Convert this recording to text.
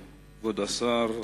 גברתי היושבת-ראש, כבוד השר,